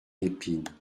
lépine